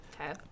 Okay